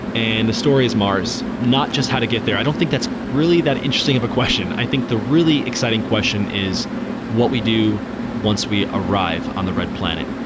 and the story is mars, not just how to get there. i don't think that's really that interesting of a question. i think the really exciting question is what we do once we arrive on the red planet.